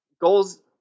goals